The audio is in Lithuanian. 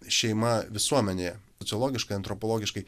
šeima visuomenėje sociologiškai antropologiškai